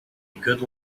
good